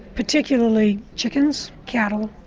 particularly chickens, cattle,